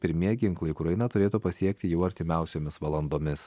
pirmieji ginklai ukrainą turėtų pasiekti jau artimiausiomis valandomis